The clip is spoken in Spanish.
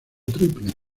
triple